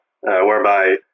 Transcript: whereby